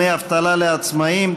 דמי אבטלה לעצמאים),